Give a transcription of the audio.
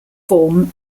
form